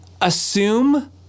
assume